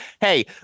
hey